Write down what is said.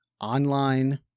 online